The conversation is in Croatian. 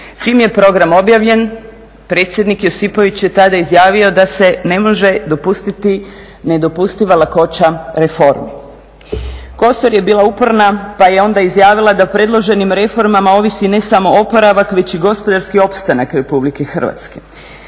čim je program objavljen predsjednik Josipović je tada izjavio da se ne može dopustiti nedopustiva lakoća reformi. Kosor je bila uporna pa je onda izjavila da predloženim reformama ovisi ne samo oporavak već i gospodarski opstanak Republike Hrvatske